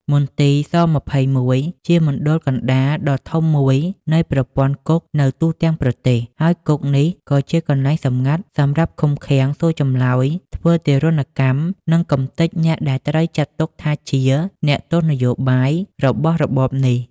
មន្ទីរ ស‑២១ ជាមណ្ឌលកណ្តាលដ៏ធំមួយនៃប្រព័ន្ធគុកនៅទូទាំងប្រទេស ហើយគុកនេះក៏ជាកន្លែងសម្ងាត់សម្រាប់ឃុំឃាំង សួរចម្លើយ ធ្វើទារុណកម្ម និងកំទេចអ្នកដែលត្រូវចាត់ទុកថាជា “អ្នកទោសនយោបាយ” របស់របបនេះ។